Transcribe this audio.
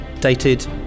Dated